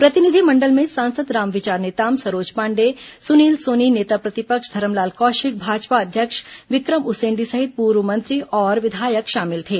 प्रतिनिधिमंडल में सांसद रामविचार नेताम सरोज पांडेय सुनील सोनी नेता प्रतिपक्ष धरमलाल कौशिक भाजपा अध्यक्ष विक्रम उसेंडी सहित पूर्व मंत्री और विधायक शामिल थे